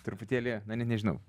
truputėlį na net nežinau